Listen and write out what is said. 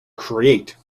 create